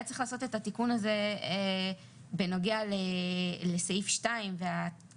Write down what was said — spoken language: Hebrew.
היה צריך לעשות את התיקון הזה בנוגע לסעיף 2 והכניסה